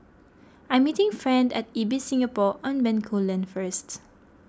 I am meeting friend at Ibis Singapore on Bencoolen first